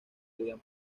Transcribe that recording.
debían